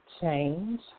Change